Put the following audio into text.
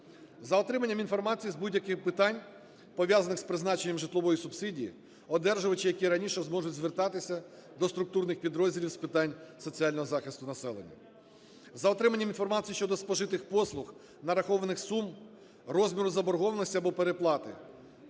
За отриманням інформації з будь-яких питань, пов'язаних з призначенням житлової субсидії, одержувачі, як і раніше, можуть звертатися до структурних підрозділів з питань соціального захисту населення. За отриманням інформації щодо спожитих послуг, нарахованих сум, розміру заборгованості або переплати